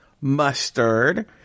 mustard